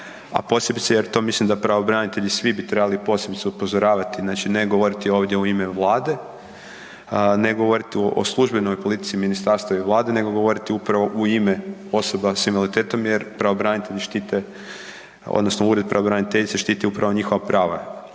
a posebice jer to mislim da bi pravobranitelji svi trebali posebice upozoravati, znači ne govoriti ovdje u ime Vlade, ne govoriti o službenoj politici ministarstva i Vlade nego govoriti upravo u ime osobama s invaliditetom jer pravobranitelji odnosno Ured pravobraniteljice štiti upravo njihova prava